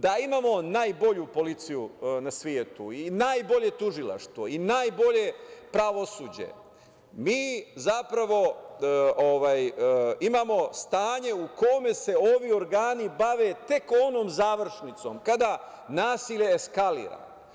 Da imamo najbolju policiju na svetu i najbolje tužilaštvo i najbolje pravosuđe, mi imamo stanje u kome se ovi organi bave tek onom završnicom kada nasilje eskalira.